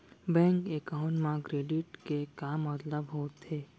Bank account मा credit के का मतलब होथे?